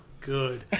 good